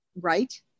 right